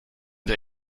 der